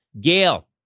Gail